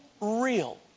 real